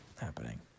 happening